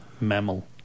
mammal